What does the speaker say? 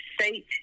state